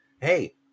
Hey